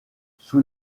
sous